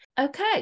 okay